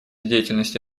деятельности